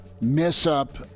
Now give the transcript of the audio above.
miss-up